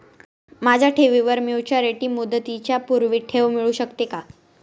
माझ्या ठेवीवर मॅच्युरिटी मुदतीच्या पूर्वी ठेव मिळू शकते का?